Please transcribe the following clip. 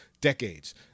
decades